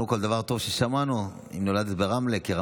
לסיכום,